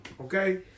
okay